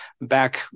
back